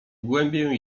głębię